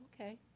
okay